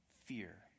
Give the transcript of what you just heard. fear